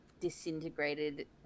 disintegrated